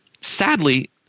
Sadly